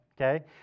Okay